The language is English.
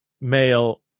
male